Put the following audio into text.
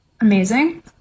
Amazing